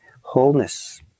wholeness